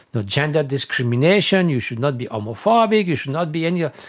no gender discrimination, you should not be homophobic, you should not be any, ah